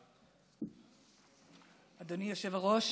אדוני היושב-ראש,